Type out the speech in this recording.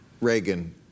Reagan